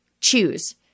choose